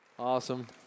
Awesome